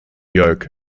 yoke